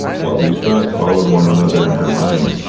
while these thoughts followed one another in her mind,